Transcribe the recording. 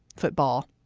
football.